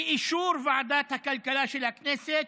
באישור ועדת הכלכלה של הכנסת,